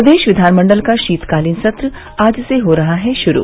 प्रदेश विधानमण्डल का शीतकालीन सत्र आज से हो रहा है शुरू